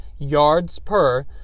YARDSPER